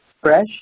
Fresh